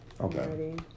Okay